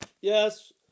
Yes